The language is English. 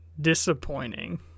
disappointing